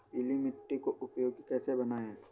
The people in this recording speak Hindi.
पीली मिट्टी को उपयोगी कैसे बनाएँ?